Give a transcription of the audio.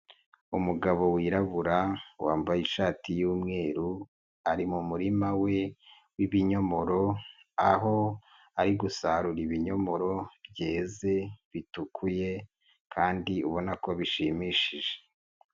Umugabo wirabura, wambaye ishati yumweru, ari mu murima we w'ibinyomoro, aho ari gusarura ibinyomoro byeze, bitukuye kandi ubona ko bishimishije.